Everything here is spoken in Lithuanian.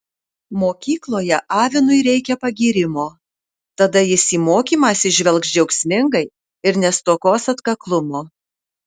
mokykloje avinui reikia pagyrimo tada jis į mokymąsi žvelgs džiaugsmingai ir nestokos atkaklumo